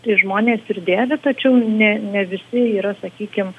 tai žmonės ir dėvi tačiau ne ne visi yra sakykim